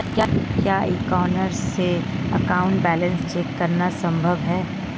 क्या e corner से account balance check करना संभव है?